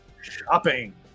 shopping